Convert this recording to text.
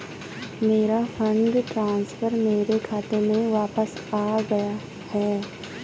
मेरा fund transfer मेरे खाते में वापस आ गया है